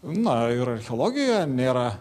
na ir archeologija nėra